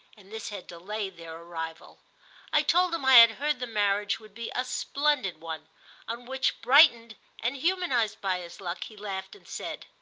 and this had delayed their arrival i told him i had heard the marriage would be a splendid one on which, brightened and humanised by his luck, he laughed and said